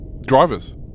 drivers